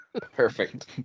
Perfect